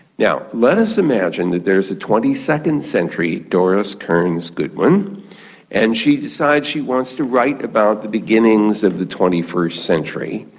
now, let us imagine that there is a twenty second century doris kearns goodwin and she decides she wants to write about the beginnings of the twenty first century,